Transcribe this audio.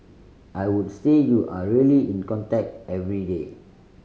I would say you are really in contact every day